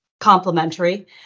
complementary